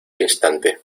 instante